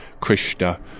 Krishna